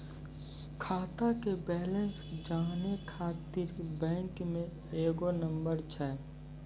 खाता के बैलेंस जानै ख़ातिर बैंक मे एगो नंबर छै?